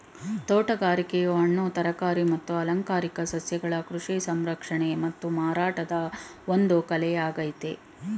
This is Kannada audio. ತೋಟಗಾರಿಕೆಯು ಹಣ್ಣು ತರಕಾರಿ ಮತ್ತು ಅಲಂಕಾರಿಕ ಸಸ್ಯಗಳ ಕೃಷಿ ಸಂಸ್ಕರಣೆ ಮತ್ತು ಮಾರಾಟದ ಒಂದು ಕಲೆಯಾಗಯ್ತೆ